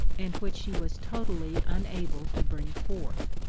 and which she was totally unable to bring forth.